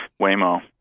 waymo